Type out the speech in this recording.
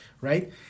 right